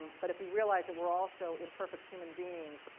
but if we realize that we're also imperfect human beings,